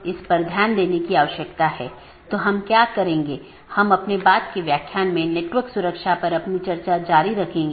इसलिए हम बाद के व्याख्यान में इस कंप्यूटर नेटवर्क और इंटरनेट प्रोटोकॉल पर अपनी चर्चा जारी रखेंगे